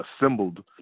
assembled